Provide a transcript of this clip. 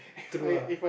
true ah